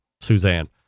Suzanne